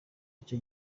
icyo